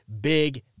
big